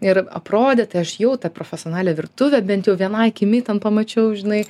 ir aprodė tai aš jau tą profesionalią virtuvę bent jau viena akimi ten pamačiau žinai